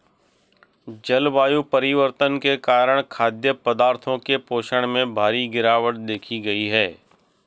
जलवायु परिवर्तन के कारण खाद्य पदार्थों के पोषण में भारी गिरवाट देखी गयी है